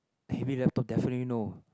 heavy laptop definitely no